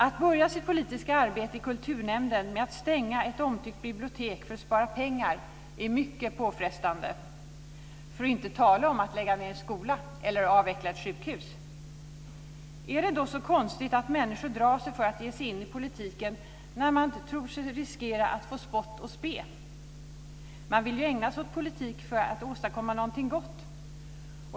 Att börja sitt politiska arbete i kulturnämnden med att stänga ett omtyckt bibliotek för att spara pengar är mycket påfrestande, för att inte tala om att lägga ned en skola eller avveckla ett sjukhus. Är det då så konstigt att människor drar sig för att ge sig in i politiken när de tror sig riskera att få spott och spe? Man vill ju ägna sig åt politik för att åstadkomma någonting gott.